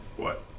what?